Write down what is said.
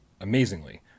amazingly